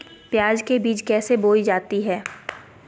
प्याज के बीज कैसे बोई जाती हैं?